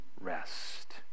rest